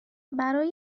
برای